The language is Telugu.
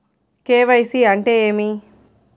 కే.వై.సి అంటే ఏమి?